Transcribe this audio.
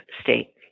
state